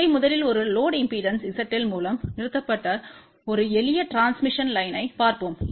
எனவே முதலில் ஒரு லோடு இம்பெடன்ஸ் ZL மூலம் நிறுத்தப்பட்ட ஒரு எளிய டிரான்ஸ்மிஷன் லைன்யைப் பார்ப்போம்